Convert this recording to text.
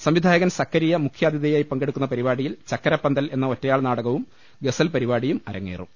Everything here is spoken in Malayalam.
സംവിധായകൻ സ്ക്കരിയ മുഖ്യാതിഥിയായി പങ്കെ ടുക്കുന്ന പരിപാടിയിൽ ചക്കരപ്പന്തൽ എന്ന ഒറ്റയാൾ നാടകവും ഗസൽ പരിപാടിയും അരങ്ങേറും